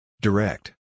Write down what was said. Direct